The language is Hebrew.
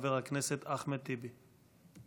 חבר הכנסת אחמד טיבי.